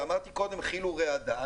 ואמרתי קודם כי"ל ורעדה.